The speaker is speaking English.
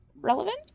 relevant